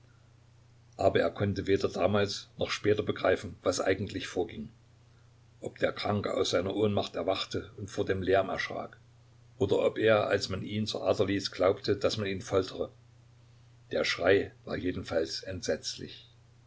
aber er konnte weder damals noch später begreifen was eigentlich vorging ob der kranke aus seiner ohnmacht erwachte und vor dem lärm erschrak oder ob er als man ihn zur ader ließ glaubte daß man ihn foltere der schrei war jedenfalls entsetzlich